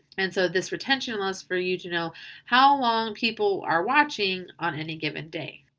and so this retention allows for you to know how long people are watching on any given day.